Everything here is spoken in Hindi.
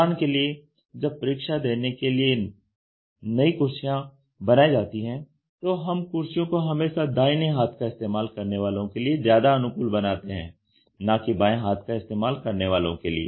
उदाहरण के लिए जब परीक्षा देने के लिए नई कुर्सियां बनाई जाती है तो हम कुर्सियों को हमेशा दाहिने हाथ का इस्तेमाल करने वालों के लिए ज्यादा अनुकूल बनाते हैं ना कि बाएं हाथ का इस्तेमाल करने वालों के लिए